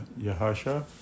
Yahasha